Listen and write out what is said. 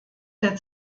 der